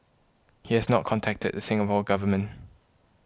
he has not contacted the Singapore Government